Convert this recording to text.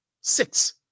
Six